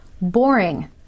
boring